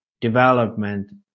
development